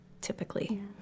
typically